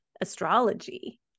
astrology